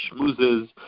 schmoozes